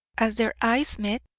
as their eyes met,